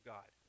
God